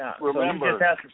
remember